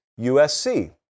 USC